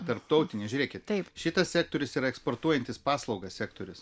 tarptautinė žiūrėkit šitas sektorius yra eksportuojantis paslaugas sektorius